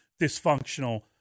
dysfunctional